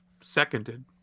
Seconded